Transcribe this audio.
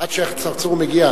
עד שהשיח' צרצור מגיע,